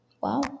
wow